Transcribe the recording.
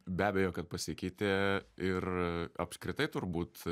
be abejo kad pasikeitė ir apskritai turbūt